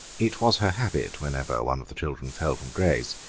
it was her habit, whenever one of the children fell from grace,